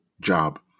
job